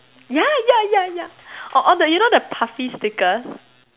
yeah yeah yeah yeah or all the you know the puffy stickers